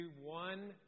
one